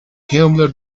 himmler